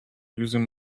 using